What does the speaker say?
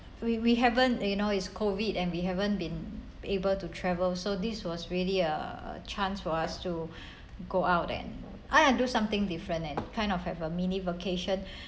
we we haven't you know is COVID and we haven't been able to travel so this was really a chance for us to go out and I want to do something different and kind of have a mini vacation